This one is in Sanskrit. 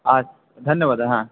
धन्यवादः